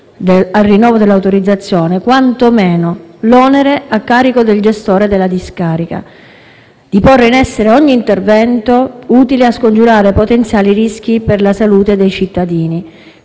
al rinnovo dell'autorizzazione, quanto meno l'onere a carico del gestore della discarica di porre in essere ogni intervento utile a scongiurare potenziali rischi per la salute dei cittadini.